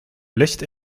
licht